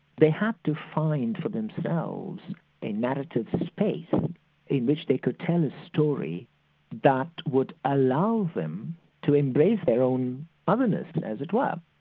they had to find for themselves a narrative but space in which they could tell a story that would allow them to embrace their own otherness, as it were.